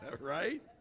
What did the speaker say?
Right